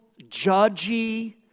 judgy